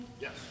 Yes